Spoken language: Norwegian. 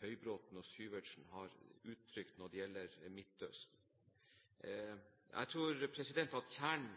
Høybråten og Syversen har uttrykt når det gjelder Midtøsten. Jeg tror ikke kjernen i konflikten er begrepet «okkupasjon». Kjernen